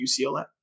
UCLA